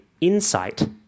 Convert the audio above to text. insight